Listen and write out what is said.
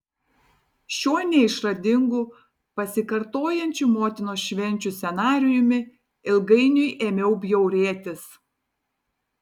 šiuo neišradingu pasikartojančių motinos švenčių scenarijumi ilgainiui ėmiau bjaurėtis